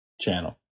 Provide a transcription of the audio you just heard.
channel